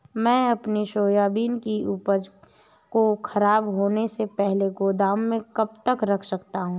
मैं अपनी सोयाबीन की उपज को ख़राब होने से पहले गोदाम में कब तक रख सकता हूँ?